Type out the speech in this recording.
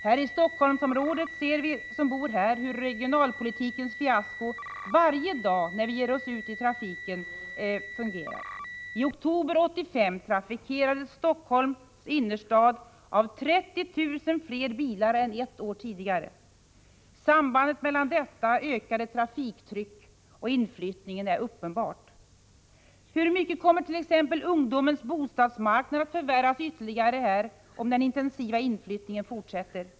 Här i Helsingforssområdet ser vi som bor här regionalpolitikens fiasko varje dag när vi ger oss ut i trafiken. I oktober 1985 trafikerades Helsingforss innerstad av 30 000 fler bilar än ett år tidigare. Sambandet mellan detta ökade trafiktryck och inflyttningen är uppenbart. Hur mycket kommer t.ex. ungdomens bostadsmarknad att förvärras ytterligare, om den intensiva inflyttningen fortsätter?